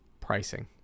pricing